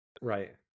right